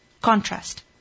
contrast